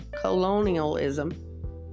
colonialism